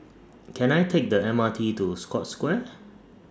Can I Take The M R T to Scotts Square